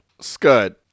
Scud